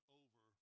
over